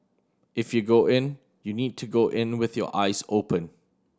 if you go in you need to go in with your eyes open